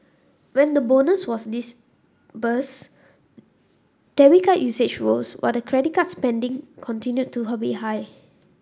when the bonus was disbursed debit card usage rose while the credit card spending continued to her be high